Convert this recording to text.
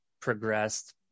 progressed